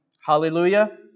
Hallelujah